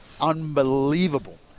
Unbelievable